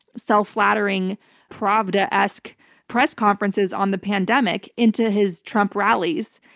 self-flattering pravda-esque press conferences on the pandemic into his trump rallies,